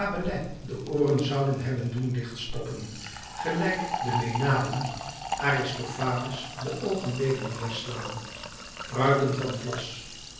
de ooren zouden hebben doen dichtstoppen gelijk de menaden aristophanes de oogen deden neerslaan pruiken van vlas